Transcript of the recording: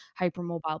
hypermobile